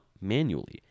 manually